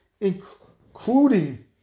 including